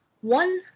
one